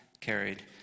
carried